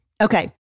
okay